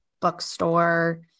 bookstore